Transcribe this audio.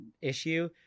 issue